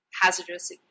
hazardous